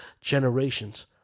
generations